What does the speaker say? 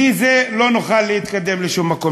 כי בלי זה לא נוכל להתקדם לשום מקום.